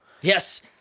yes